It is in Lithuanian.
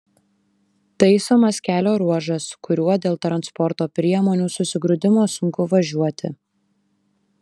taisomas kelio ruožas kuriuo dėl transporto priemonių susigrūdimo sunku važiuoti